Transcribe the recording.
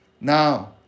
Now